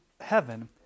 heaven